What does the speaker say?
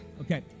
Okay